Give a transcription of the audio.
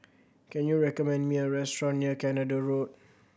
can you recommend me a restaurant near Canada Road